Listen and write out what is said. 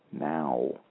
now